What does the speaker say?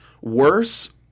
worse